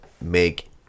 make